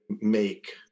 make